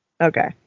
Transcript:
Okay